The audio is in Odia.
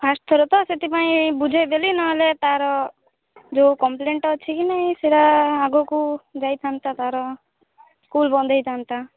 ଫାର୍ଷ୍ଟ୍ ଥର ତ ସେଥିପାଇଁ ବୁଝେଇଦେଲି ନହଲେ ତା'ର ଯେଉଁ କମ୍ପଲେନ୍ଟା ଅଛି କି ନାଇଁ ସେଇଟା ଆଗକୁ ଯାଇଥାନ୍ତା ତା'ର ସ୍କୁଲ୍ ବନ୍ଦ ହୋଇଥାନ୍ତା